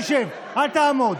תשב, אל תעמוד.